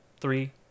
three